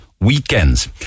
weekends